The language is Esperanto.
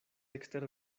ekster